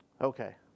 okay